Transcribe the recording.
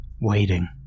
Waiting